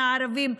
מהערבים,